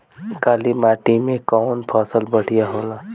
काली माटी मै कवन फसल बढ़िया होला?